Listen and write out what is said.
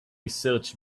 search